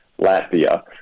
latvia